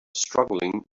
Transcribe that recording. struggling